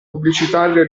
pubblicitario